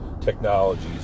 technologies